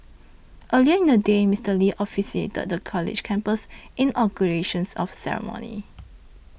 earlier in the day Mister Lee officiated the college's campus inaugurations of ceremony